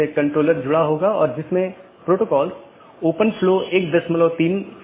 तो इसका मतलब यह है कि यह प्रतिक्रिया नहीं दे रहा है या कुछ अन्य त्रुटि स्थिति उत्पन्न हो रही है